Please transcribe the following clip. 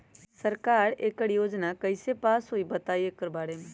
सरकार एकड़ योजना कईसे पास होई बताई एकर बारे मे?